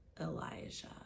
Elijah